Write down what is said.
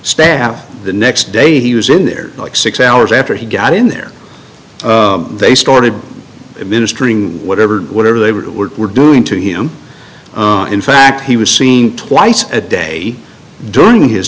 staff the next day he was in there like six hours after he got in there they started administrating whatever whatever they were doing to him in fact he was seen twice a day during his